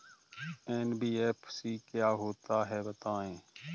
NBFC क्या होता है बताएँ?